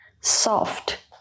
soft